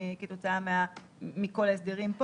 כלומר גם שכל האנשים צריכים להיות מורשים